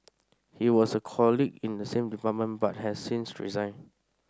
he was a colleague in the same department but has since resigned